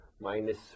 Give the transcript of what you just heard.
Minus